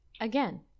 Again